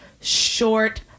short